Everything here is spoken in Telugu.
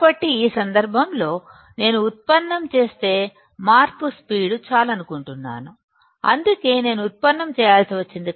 కాబట్టి ఈ సందర్భంలో నేను ఉత్పన్నం చేస్తే మారుతున్న రేటు ని చూడాలనుకుంటున్నాను అందుకే నేను ఉత్పన్నం చేయాల్సి వచ్చింది